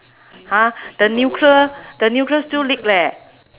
!huh! the nuclear the nuclear still leak leh